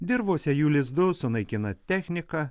dirvose jų lizdus sunaikina technika